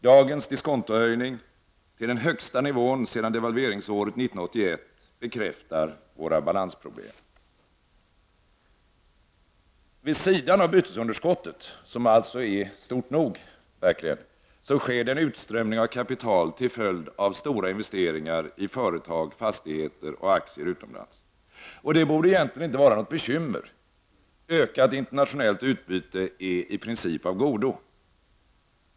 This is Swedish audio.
Dagens höjning av diskontot till den högsta nivån sedan devalveringsåret 1981 bekräftar våra balansproblem. Vid sidan av bytesunderskottet, som alltså verkligen är stort nog, sker det en utströmning av kapital till följd av stora investeringar i företag, fastigheter och aktier utomlands. Det borde egentligen inte vara något bekymmer — ökat internationellt utbyte är i princip av godo.